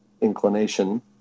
inclination